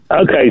okay